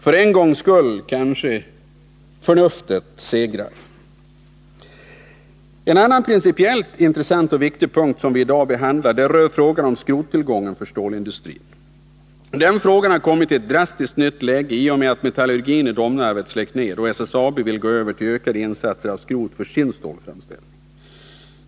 För en gångs skull kanske förnuftet segrar. En annan principiellt intressant och viktig punkt som vi i dag behandlar rör frågan om skrottillgången för stålindustrin. Denna fråga har kommit i ett drastiskt nytt läge i och med att metallurgin i Domnarvet läggs ned och SSAB vill gå över till ökade insatser av skrot för sin stålframställning.